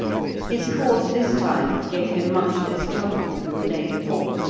his course this time gave him much less trouble than the day before,